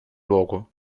luogo